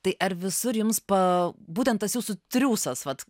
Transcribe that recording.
tai ar visur jums pa būtent tas jūsų triūsas vat